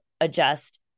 adjust